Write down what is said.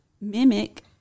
mimic